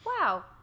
Wow